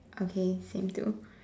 okay same too